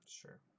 Sure